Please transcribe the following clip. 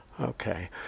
Okay